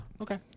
Okay